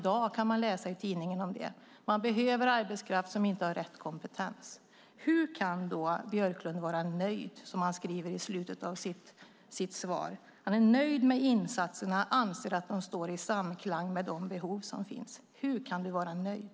Det kan man läsa om i tidningen varje dag. Man behöver arbetskraft med rätt kompetens. Hur kan Jan Björklund vara nöjd, som det står i slutet av svaret? Jan Björklund är nöjd med insatserna och anser att de står i samklang med de behov som finns. Hur kan du vara nöjd?